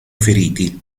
feriti